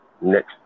next